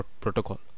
protocol